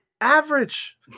average